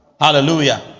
hallelujah